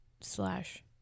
slash